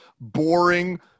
boring